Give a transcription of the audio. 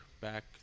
back